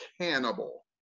cannibal